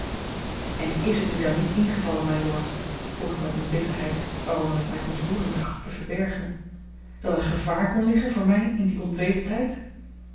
en is het u dan niet ingevallen mylord vroeg ik met eene bitterheid waaronder ik mijne ontroering trachtte te verbergen dat er gevaar kon liggen voor mij in die onwetendheid